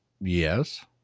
Yes